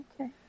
Okay